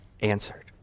answered